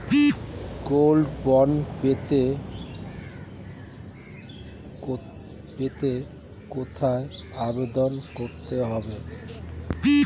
Gold bond পেতে কোথায় আবেদন করতে হবে?